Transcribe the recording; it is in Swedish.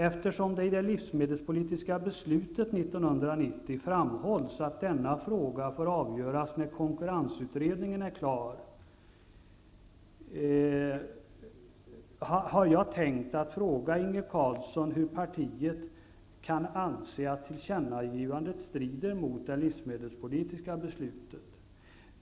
Eftersom det i det livsmedelspolitiska beslutet 1990 framhålls att denna fråga får avgöras när konkurrensutredningen är klar, hade jag tänkt att fråga Inge Carlsson hur partiet kan anse att tillkännagivandet strider mot det livsmedelspolitiska beslutet.